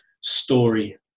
Story